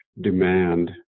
demand